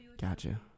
Gotcha